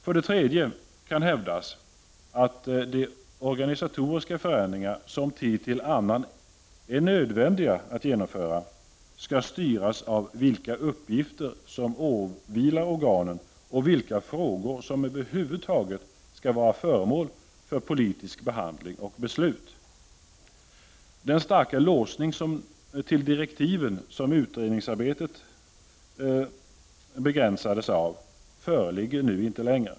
För det tredje kan hävdas att de organisatoriska förändringar, som tid till annan är nödvändiga att genomföra, skall styras av vilka uppgifter som åvilar organen och vilka frågor som över huvud skall vara föremål för politisk behandling och beslut. Den starka låsning till direktiven som utredningsarbetet begränsades av föreligger inte längre.